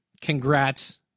Congrats